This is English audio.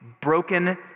broken